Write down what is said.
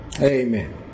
Amen